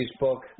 Facebook